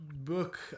book